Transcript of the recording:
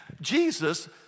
Jesus